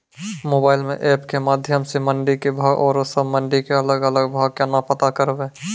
Mobile म app के माध्यम सऽ मंडी के भाव औरो सब मंडी के अलग अलग भाव केना पता करबै?